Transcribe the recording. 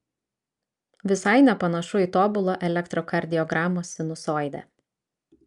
visai nepanašu į tobulą elektrokardiogramos sinusoidę